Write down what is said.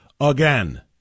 again